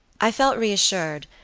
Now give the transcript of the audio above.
i felt reassured,